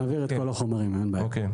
נעביר את כל החומרים, אין בעיה.